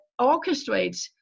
orchestrates